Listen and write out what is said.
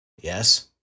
Yes